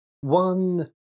one